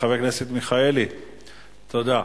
תודה.